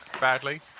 badly